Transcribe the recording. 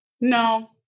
no